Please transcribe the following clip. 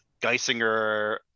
geisinger